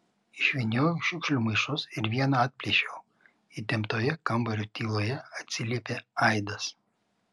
išvyniojau šiukšlių maišus ir vieną atplėšiau įtemptoje kambario tyloje atsiliepė aidas